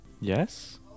Yes